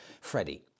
Freddie